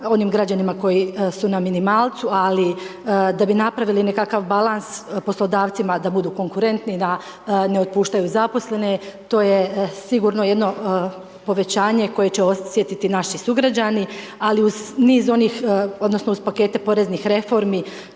onim građanima koji su na minimalcu ali da bi napravili nekakav balans poslodavcima da budu konkurentni da ne otpuštaju zaposlene to je sigurno jedno povećanje koje će osjetiti naši sugrađani ali uz niz onih, odnosno